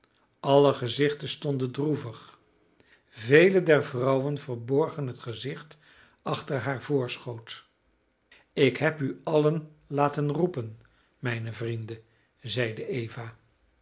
alle gezichten stonden droevig vele der vrouwen verborgen het gezicht achter haar voorschoot ik heb u allen laten roepen mijne vrienden zeide eva